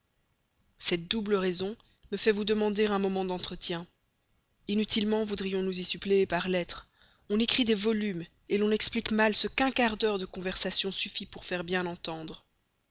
cette double raison me fait vous demander un moment d'entretien inutilement voudrions nous y suppléer par lettres on écrit des volumes l'on explique mal ce qu'un quart d'heure de conversation suffit pour faire bien entendre